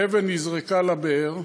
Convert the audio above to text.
האבן נזרקה לבאר,